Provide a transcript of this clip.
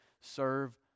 Serve